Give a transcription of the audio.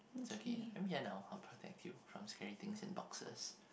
is okay I'm here now I'll protect you from scary things and boxes